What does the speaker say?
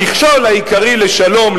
המכשול העיקרי לשלום,